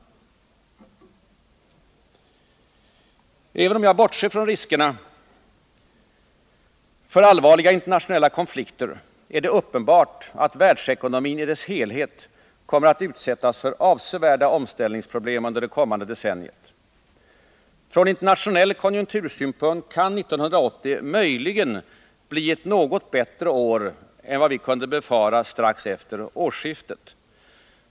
Även om jag bortser från riskerna för allvarliga internationella konflikter är det uppenbart att världsekonomin i dess helhet kommer att utsättas för avsevärda omställningsproblem under det kommande decenniet. Från internationell konjunktursynpunkt kan 1980 möjligen bli ett något bättre år än vad vi kunde befara strax efter årsskiftet.